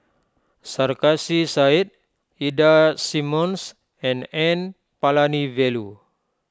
Sarkasi Said Ida Simmons and N Palanivelu